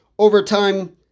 Overtime